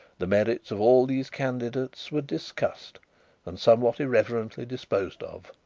the merits of all these candidates were discussed and somewhat irreverently disposed of,